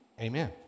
Amen